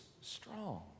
strong